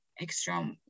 extra